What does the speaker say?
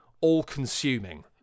all-consuming